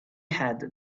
had